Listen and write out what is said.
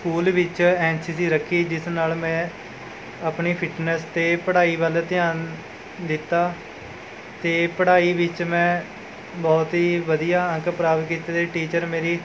school ਵਿੱਚ N C C ਰੱਖੀ ਜਿਸ ਨਾਲ਼ ਮੈਂ ਆਪਣੀ ਫਿਟਨੈੱਸ ਅਤੇ ਪੜ੍ਹਾਈ ਵੱਲ੍ਹ ਧਿਆਨ ਦਿੱਤਾ ਅਤੇ ਪੜ੍ਹਾਈ ਵਿੱਚ ਮੈਂ ਬਹੁਤ ਹੀ ਵਧੀਆ ਅੰਕ ਪ੍ਰਾਪਤ ਕੀਤੇ ਅਤੇ ਟੀਚਰ ਮੇਰੀ